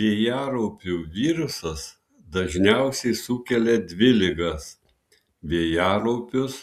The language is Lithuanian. vėjaraupių virusas dažniausiai sukelia dvi ligas vėjaraupius